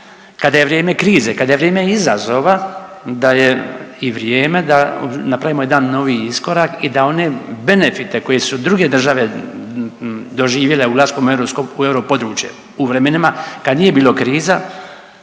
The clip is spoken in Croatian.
kada je vrijeme krize, kada je vrijeme izazova, da je i vrijeme da napravimo jedan novi iskorak i da one benefite koje su druge države doživjele ulaskom u europodručje u vremenima kad nije bilo kriza,